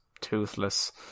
toothless